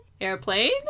Airplane